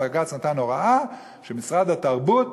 בג"ץ נתן הוראה שמשרד התרבות,